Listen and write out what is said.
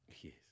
Yes